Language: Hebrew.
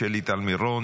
שלי טל מירון,